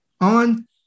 on